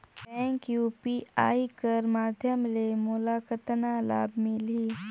Bank UPI कर माध्यम ले मोला कतना लाभ मिली?